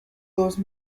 dos